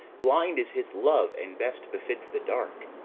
blind is his love and best befits the dark.